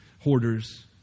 Hoarders